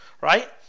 right